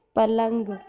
پلنگ